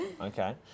Okay